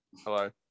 Hello